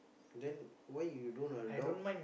then why you don't adopt